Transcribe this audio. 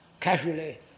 casually